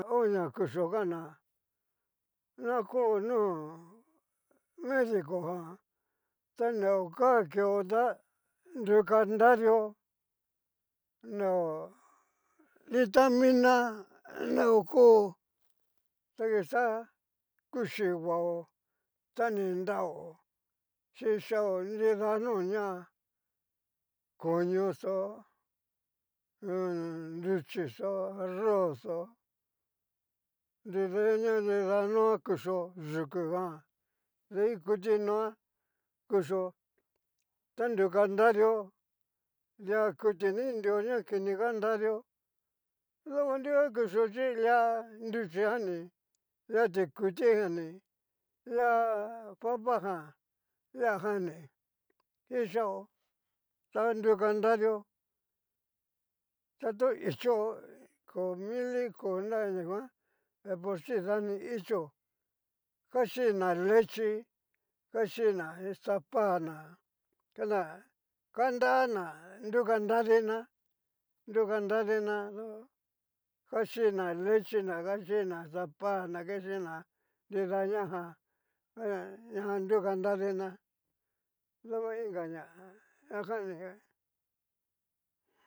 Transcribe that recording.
Xa ho ña kuchio kana na ko no medico jan ta neo ká kio ta nru karadio, neo vitamina neo kó ta kixá kuchí vao, ta ni nra chí kixao nrida no ña, koño xó nruxi xó arroz xó, nrida ña nrida noa kuchio, yukujan nrida ikuti noa, yucho ta nru kanradio, dia kuti ni nrio na kini kanradio, toko dikuan kuchio chí nruchi jan ni, lia tikuti jan ní, lia papa jan lia jan ni ixao, ta nru kanradio ta to ichio ko mili kó na ga ña nguan deporsin dani ichio, ka china lechi achina xin sapana, kana nru kanradina, nru kanradina ka xina lechina ka xina sapana, ka xina nrida ñajan na na najan nru kanradina duku ingaña najanní.